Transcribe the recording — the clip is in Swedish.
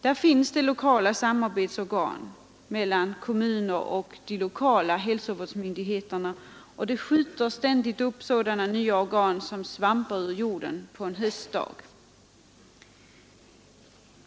Det finns organ för samarbete mellan kommunerna och de lokala hälsovårdsmyndigheterna, och det skjuter ständigt upp nya sådan organ som svampar ur jorden en höstdag.